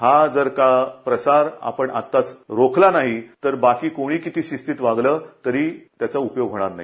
हा जर का प्रसार आत्ताच आपण रोकला नाही तर बाकी कोणी किती शिस्तीत वागलं तरी त्याचा उपयोग होणार नाही